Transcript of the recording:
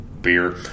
beer